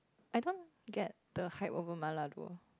I don't get the high over mala though